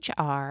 HR